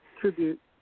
tribute